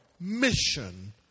mission